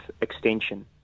extension